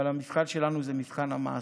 אבל המבחן שלנו זה מבחן המעשה,